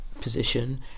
position